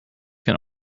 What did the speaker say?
can